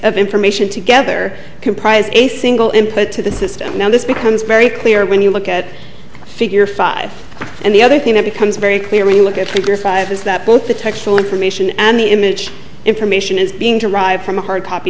of information together comprise a single input to the system now this becomes very clear when you look at figure five and the other thing that becomes very clear when you look at is that both the information and the image information is being derived from hard copy